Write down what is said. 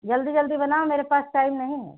जल्दी जल्दी बनाओ मेरे पास टाइम नहीं है